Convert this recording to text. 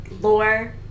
lore